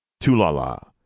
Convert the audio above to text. Tulala